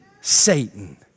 Satan